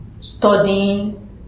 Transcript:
studying